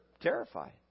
terrified